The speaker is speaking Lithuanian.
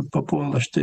papuola štai